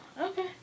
okay